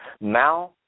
Now